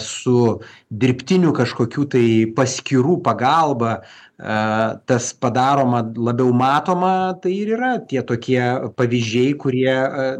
su dirbtinių kažkokių tai paskyrų pagalba aaa tas padaroma labiau matoma tai ir yra tie tokie pavyzdžiai kurie